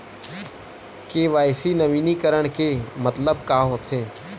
KYC नवीनीकरण के मतलब का होथे?